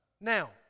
Now